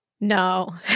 No